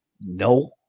No